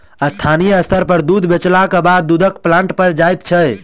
स्थानीय स्तर पर दूध बेचलाक बादे दूधक प्लांट पर जाइत छै